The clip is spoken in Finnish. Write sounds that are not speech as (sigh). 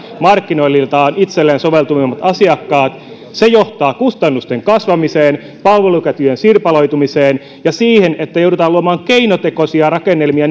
markkinoilta itselleen soveltuvimmat asiakkaat se johtaa kustannusten kasvamiseen palveluketjujen sirpaloitumiseen ja siihen että joudutaan luomaan keinotekoisia rakennelmia (unintelligible)